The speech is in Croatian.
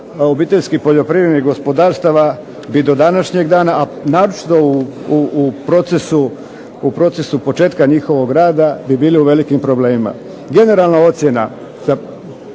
obiteljskih poljoprivrednih gospodarstava bi do današnjeg dana, a naročito u procesu početka njihovog rada bi bili u velikim problemima. Generalna ocjena